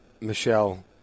Michelle